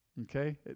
okay